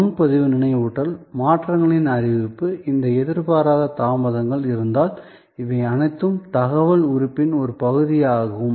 முன்பதிவு நினைவூட்டல் மாற்றங்களின் அறிவிப்பு இந்த எதிர்பாராத தாமதங்கள் இருந்தால் இவை அனைத்தும் தகவல் உறுப்பின் ஒரு பகுதியாகும்